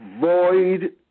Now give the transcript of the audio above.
Void